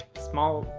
smaller.